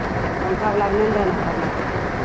ओ पङ्खावलाकेँ नहि ने रहै एना करनाइ